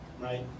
right